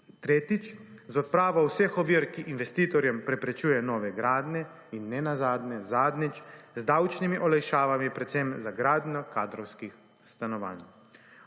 Tretjič, z odpravo vseh ovir, ki investitorjem preprečujejo nove gradnje. In nenazadnje, zadnjič, z davčnimi olajšavami predvsem za gradnjo kadrovskih stanovanj.